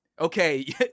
Okay